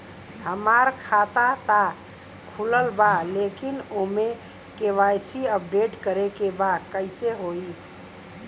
हमार खाता ता खुलल बा लेकिन ओमे के.वाइ.सी अपडेट करे के बा कइसे होई?